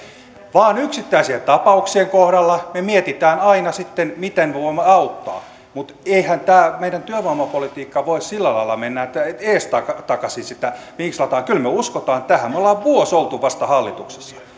vaan yksittäisien tapauksien kohdalla me mietimme aina sitten miten me voimme auttaa mutta eihän tämä meidän työvoimapolitiikka voi sillä lailla mennä että että eestakaisin sitä vinkslataan kyllä me uskomme tähän me olemme vuoden olleet vasta hallituksessa